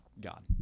God